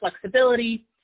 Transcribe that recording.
flexibility